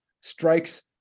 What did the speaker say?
strikes